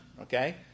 okay